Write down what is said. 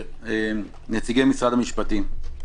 נציגי משרד המשפטים,